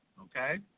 okay